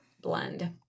blend